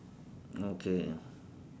okay